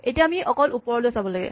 এতিয়া আমি অকল ওপৰলৈ চাব লাগে